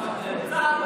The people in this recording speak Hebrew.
הנכון,